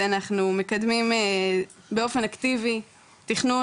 אנחנו מקדמים באופן אקטיבי תכנון